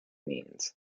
means